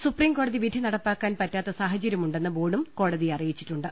സുപ്രീംകോടതി വിധി നടപ്പാക്കാൻ പറ്റാത്ത സാഹ ചര്യമുണ്ടെന്ന് ബോർഡും കോടതിയെ അറിയിച്ചിട്ടുണ്ട്